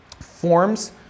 forms